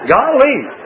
Golly